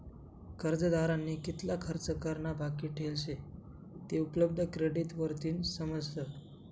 कर्जदारनी कितला खर्च करा ना बाकी ठेल शे ते उपलब्ध क्रेडिट वरतीन समजस